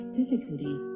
difficulty